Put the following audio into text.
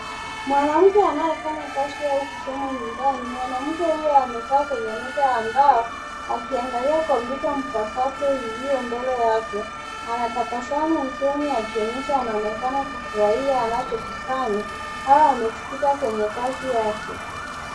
Mwanamke anayefanya kazi au kusoma nyumbani, mwanamke huyu amekaa kwenye meza ya mbao akiangalia kompyuta mpakato iliyo mbele yake, anatabasamu usoni akionyesha anaonekana kufurahia anachokifanya au amejikita kwenye kazi yake.